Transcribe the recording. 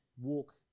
walk